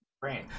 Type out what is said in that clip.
brain